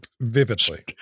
Vividly